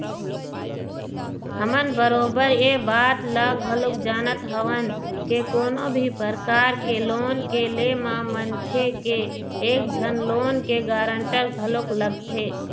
हमन बरोबर ऐ बात ल घलोक जानत हवन के कोनो भी परकार के लोन के ले म मनखे के एक झन लोन के गारंटर घलोक लगथे